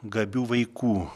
gabių vaikų